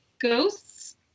ghosts